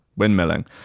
Windmilling